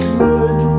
good